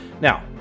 Now